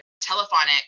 telephonic